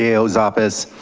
cao's office.